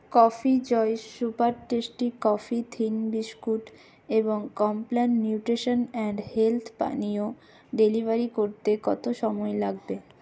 coffee Joy super tasty coffee thin biscuit এবং Complan nutrition and health পানীয় delivery করতে কত সময় লাগবে